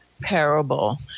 parable